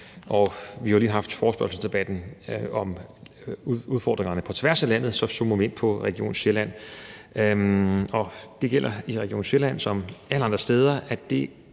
Vi har jo lige haft en forespørgselsdebat om udfordringerne på tværs af landet, og nu zoomer vi ind på Region Sjælland. Det gælder i Region Sjælland som alle andre steder,